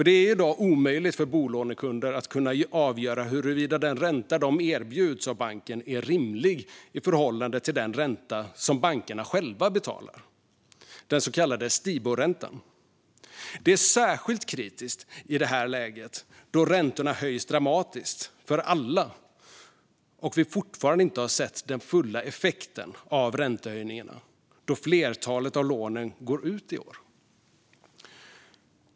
Det är i dag omöjligt för bolånekunder att avgöra huruvida den ränta de erbjuds av banken är rimlig i förhållande till den ränta som bankerna själva betalar, den så kallade Stibor-räntan. Detta är särskilt kritiskt i det här läget, då räntorna höjs dramatiskt för alla och vi fortfarande inte har sett den fulla effekten av räntehöjningarna då flertalet av lånen går ut i år.